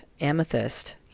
amethyst